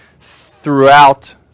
throughout